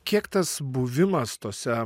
kiek tas buvimas tuose